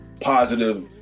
positive